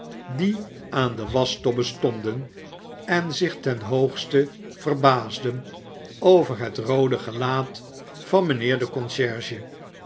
die aan de waschtobbe stonden en zich ten hoogste verbaasden over het roode gelaat van mijnheer den conciërge